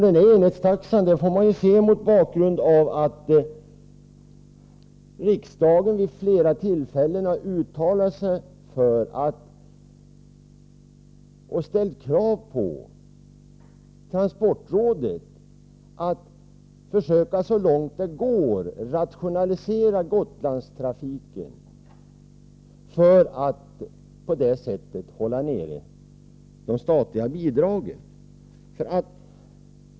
Denna enhetstaxa får man se mot bakgrund av att riksdagen vid flera tillfällen har uttalat sig för och ställt krav på att transportrådet så långt det går skall försöka att rationalisera Gotlandstrafiken för att på det sättet hålla de statliga bidragen nere.